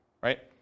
right